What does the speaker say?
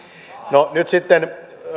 no nyt sitten